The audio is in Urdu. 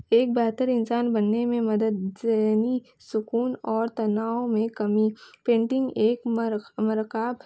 ایک بہتر انسان بننے میں مدد ذینی سکون اور تناؤ میں کمی پینٹنگ ایک مر مرکب